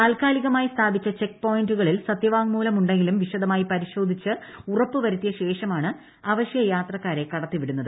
താത്കാലികമായി സ്ഥാപിച്ച ചെക്ക് പോയിന്റുകളിൽ സത്യവാങ്മൂലം ഉണ്ടെങ്കിലും വിശദമായി പരിശോധിച്ചു ഉറപ്പു വരുത്തിയശേഷമാണ് അവശ്യ യാത്രക്കാട്ടിരു കടത്തിവിടുന്നത്